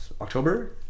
October